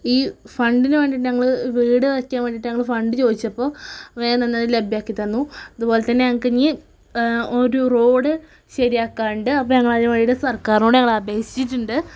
ഈ ഫണ്ടിന് വേണ്ടിയിട്ട് ഞങ്ങൾ വീട് വയ്ക്കാൻ വേണ്ടിയിട്ട് ഞങ്ങൾ ഫണ്ട് ചോദിച്ചപ്പോൾ വേഗം തന്നെ അത് ലഭ്യമാക്കി തന്നു അതുപോലെ തന്നെ ഞങ്ങൾക്ക് ഇനി ഒരു റോഡ് ശരിയാക്കാൻ ഉണ്ട് അപ്പോൾ ഞങ്ങൾ അതിന് വേണ്ടിയിട്ട് സർക്കാറിനോട് ഞങ്ങൾ അപേക്ഷിച്ചിട്ടുണ്ട്